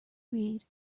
read